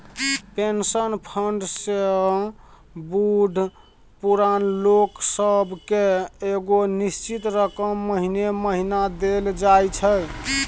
pension fund सँ बूढ़ पुरान लोक सब केँ एगो निश्चित रकम महीने महीना देल जाइ छै